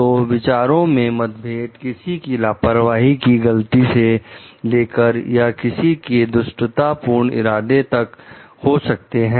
तो विचारों में मतभेद किसी की लापरवाही की गलती से लेकर या किसी के दुष्टता पूर्ण इरादे तक हो सकती है